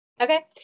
Okay